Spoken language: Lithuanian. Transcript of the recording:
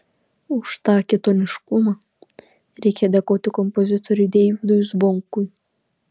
už tą kitoniškumą reikia dėkoti kompozitoriui deividui zvonkui